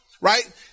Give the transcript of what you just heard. Right